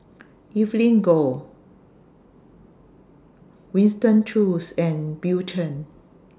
Evelyn Goh Winston Choos and Bill Chen